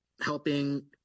helping